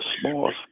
small